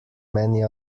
many